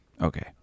okay